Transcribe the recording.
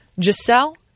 Giselle